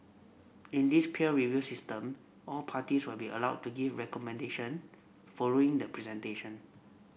in this peer review system all parties will be allowed to give recommendation following the presentation